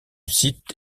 site